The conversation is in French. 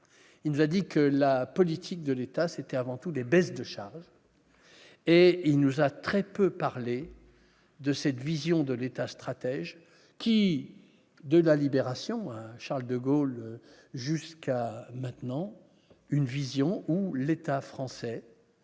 il nous a dit que la politique de l'État, c'était avant tout des baisses de charges et il nous a très peu parlé de cette vision de l'État stratège qui, de la Libération Charles-de-Gaulle jusqu'à maintenant une vision où l'État français.